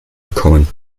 bekommen